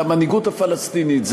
זה המנהיגות הפלסטינית,